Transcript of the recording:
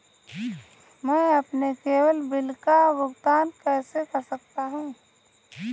मैं अपने केवल बिल का भुगतान कैसे कर सकता हूँ?